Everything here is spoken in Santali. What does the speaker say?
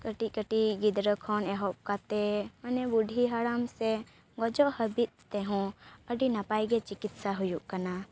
ᱠᱟᱹᱴᱤᱡ ᱠᱟᱹᱴᱤᱡ ᱜᱤᱫᱽᱨᱟᱹ ᱠᱷᱚᱱ ᱮᱦᱚᱵ ᱠᱟᱛᱮ ᱢᱟᱱᱮ ᱵᱩᱰᱷᱤ ᱦᱟᱲᱟᱢ ᱥᱮ ᱜᱩᱡᱩᱜ ᱦᱟᱹᱵᱤᱡ ᱛᱮᱦᱚᱸ ᱟᱹᱰᱤ ᱱᱟᱯᱟᱭ ᱜᱮ ᱪᱤᱠᱤᱥᱥᱟ ᱦᱩᱭᱩᱜ ᱠᱟᱱᱟ